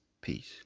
Peace